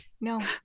No